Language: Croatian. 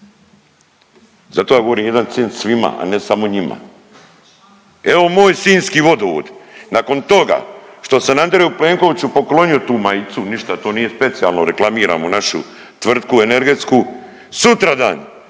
Zato ja govorim jedan cent svima, a ne samo njima. Evo moj Sinjski vodovod nakon toga što sam Andreju Plenkoviću poklonio tu majicu, ništa to nije specijalno reklamiramo našu tvrtku energetsku, sutradan